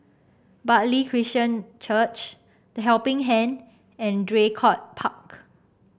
Bartley Christian Church The Helping Hand and Draycott Park